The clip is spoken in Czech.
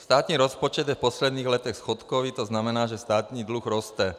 Státní rozpočet je v posledních letech schodkový, to znamená, že státní dluh roste.